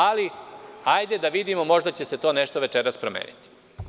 Ali, hajde da vidimo možda će se to nešto večeras promeniti.